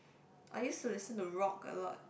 I used to listen to rock a lot